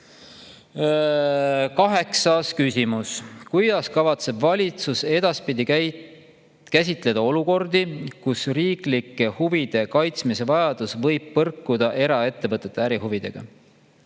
Kaheksas küsimus: "Kuidas kavatseb valitsus edaspidi käsitleda olukordi, kus riiklike huvide kaitsmise vajadus võib põrkuda eraettevõtete ärihuvidega?"